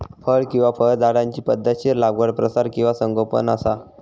फळ किंवा फळझाडांची पध्दतशीर लागवड प्रसार किंवा संगोपन असा